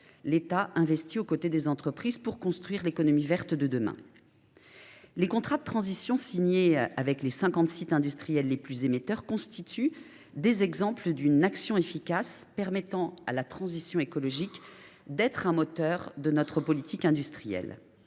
l’État investit aux côtés des entreprises pour construire l’économie verte de demain. Les contrats de transition signés avec les cinquante sites industriels les plus émetteurs de gaz à effet de serre constituent des exemples d’une action efficace permettant à la transition écologique d’être un moteur de notre politique industrielle.